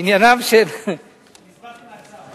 אני הסברתי מה הצו.